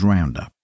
Roundup